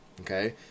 Okay